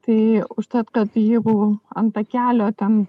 tai užtat kad ji buvo ant takelio ten